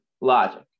logic